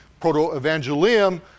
Proto-Evangelium